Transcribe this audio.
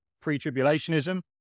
pre-tribulationism